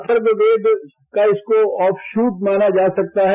अथर्ववेद का इसको ऑब्शूट माना जा सकता है